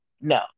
No